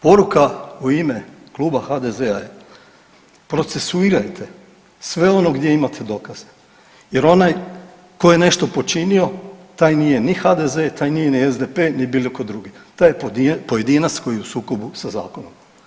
Poruka u ime Kluba HDZ-a je procesuirajte sve ono gdje imate dokaze jer onaj tko je nešto počinio taj nije ni HDZ, taj nije ni SDP ni bilo koji drugi, taj je pojedinac koji je u sukobu sa zakonom.